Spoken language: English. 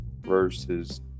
versus